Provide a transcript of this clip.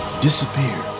disappear